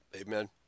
amen